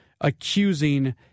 accusing